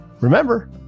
Remember